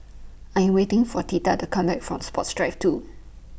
I'm waiting For Tatia to Come Back from Sports Drive two